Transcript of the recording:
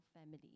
family